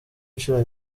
inshuro